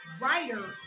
writer